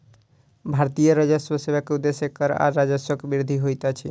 भारतीय राजस्व सेवा के उदेश्य कर आ राजस्वक वृद्धि होइत अछि